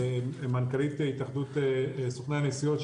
מנכ"לית התאחדות סוכני הנסיעות,